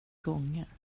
gånger